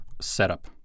setup